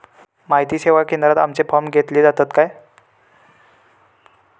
माहिती सेवा केंद्रात आमचे फॉर्म घेतले जातात काय?